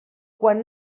quan